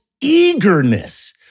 eagerness